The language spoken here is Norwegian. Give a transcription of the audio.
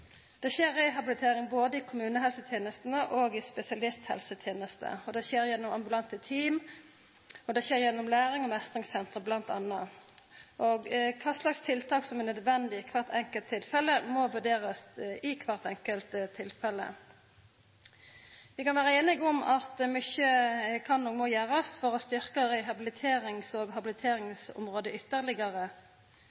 Det skjer rehabilitering både i kommunehelsetenestene og i spesialisthelsetenesta, det skjer gjennom ambulante team, og det skjer gjennom lærings- og meistringssenteret bl.a. Kva slags tiltak som er nødvendige i kvart enkelt tilfelle, må vurderast i kvart enkelt tilfelle. Vi kan vera einige om at mykje kan og må gjerast for å styrkja rehabiliterings- og